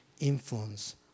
influence